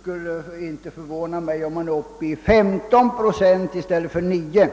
skulle det inte förvåna mig om man kommer upp till 15 procent i stället för 9.